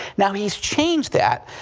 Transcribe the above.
now, he has changed that,